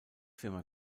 firma